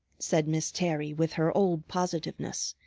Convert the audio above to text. said miss terry with her old positiveness,